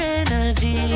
energy